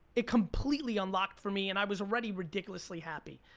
it completely unlocked for me and i was already ridiculously happy.